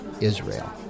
Israel